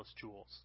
jewels